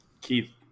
Keith